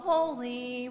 Holy